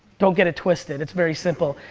don't get it twisted, it's very simple.